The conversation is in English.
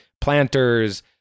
planters